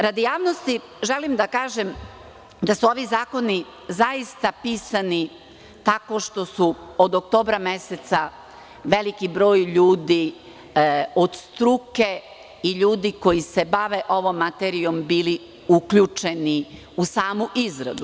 Radi javnosti želim da kažem da su ovi zakoni zaista pisani tako što su od oktobra meseca veliki broj ljudi od struke i ljudi koji se bave ovom materijom bili uključeni u samu izradu.